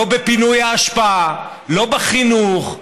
לא בפינוי האשפה, לא בחינוך.